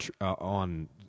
on